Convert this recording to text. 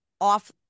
off